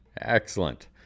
Excellent